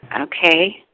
Okay